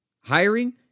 Hiring